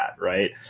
Right